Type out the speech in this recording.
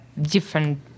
different